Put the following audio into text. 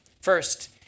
First